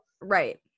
Right